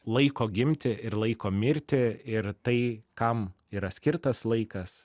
laiko gimti ir laiko mirti ir tai kam yra skirtas laikas